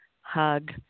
hug